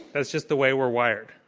that's just the way we're wired.